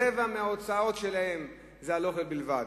רבע מההוצאות שלהם זה על אוכל בלבד.